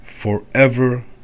forever